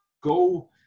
go